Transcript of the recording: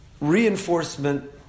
reinforcement